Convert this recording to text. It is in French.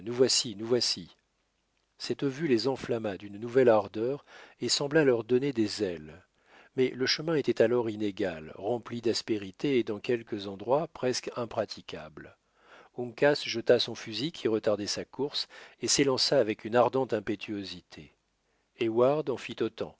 nous voici nous voici cette vue les enflamma d'une nouvelle ardeur et sembla leur donner des ailes mais le chemin était alors inégal rempli d'aspérités et dans quelques endroits presque impraticable uncas jeta son fusil qui retardait sa course et s'élança avec une ardente impétuosité